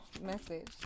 message